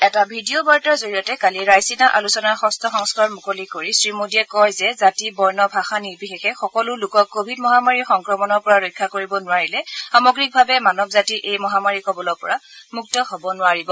এটা video বাৰ্তাৰ জৰিয়তে কালি ৰাইছিনা আলোচনাৰ ষষ্ঠ সংস্কৰণ মুকলি কৰি শ্ৰী মোডীয়ে কয় যে জাতি বৰ্ণ ভাষা নিৰ্বিশেষে সকলো লোকক কোৱিড মহামাৰীৰ সংক্ৰণৰ পৰা ৰক্ষা কৰিব নোৱাৰিলে সামগ্ৰিকভাৱে মানৱ জাতি এই মহামাৰীৰ কৱলৰ পৰা মুক্ত হ'ব নোৱাৰিব